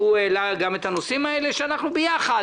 שהוא עלה גם את הנושאים האלה שאנחנו ביחד